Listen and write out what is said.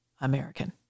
American